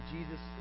Jesus